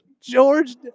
George